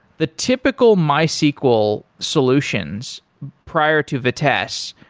the typical mysql solutions prior to vitess,